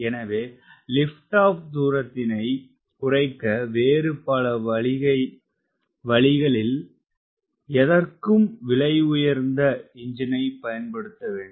எனவே lift off தூரத்தினை குறைக்க வேறு பல வழிகளிருக்கையில் எதற்கு விலையுயர்ந்த எஞ்சினை பயன்படுத்தவேண்டும்